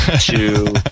two